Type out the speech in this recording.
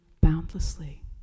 boundlessly